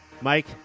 Mike